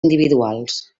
individuals